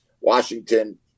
Washington